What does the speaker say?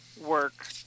work